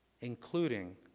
including